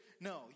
no